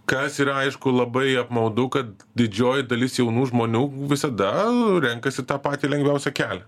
kas yra aišku labai apmaudu kad didžioji dalis jaunų žmonių visada renkasi tą patį lengviausią kelią